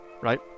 right